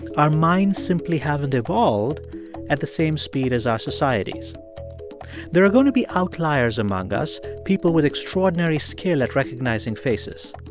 our minds simply haven't evolved at the same speed as our societies there are going to be outliers among us, people with extraordinary skill at recognizing faces.